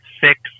six